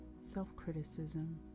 self-criticism